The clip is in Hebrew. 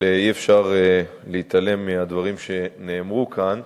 אבל אי-אפשר להתעלם מהדברים שנאמרו כאן.